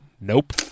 Nope